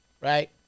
right